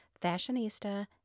fashionista